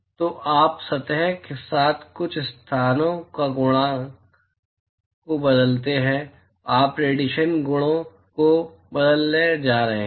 तो आप सतह के कुछ स्थानों के गुणों को बदलते हैं आप रेडिएशन गुणों को बदलने जा रहे हैं